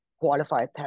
qualified